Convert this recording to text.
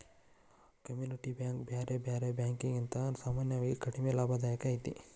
community bank ಬ್ಯಾರೆ ಬ್ಯಾರೆ ಬ್ಯಾಂಕಿಕಿಗಿಂತಾ ಸಾಮಾನ್ಯವಾಗಿ ಕಡಿಮಿ ಲಾಭದಾಯಕ ಐತಿ